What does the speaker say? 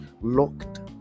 locked